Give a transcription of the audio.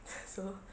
so